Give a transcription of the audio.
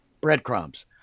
breadcrumbs